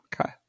Okay